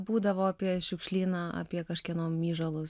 būdavo apie šiukšlyną apie kažkieno myžalus